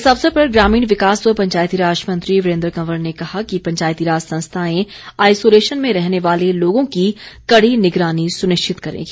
इस अवसर पर ग्रामीण विकास व पंचायतीराज मंत्री वीरेन्द्र कंवर ने कहा कि पंचायतीराज संस्थाएं आइसोलेशन में रहने वाले लोगों की कड़ी निगरानी सुनिश्चित करेगी